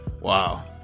Wow